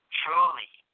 truly